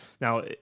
Now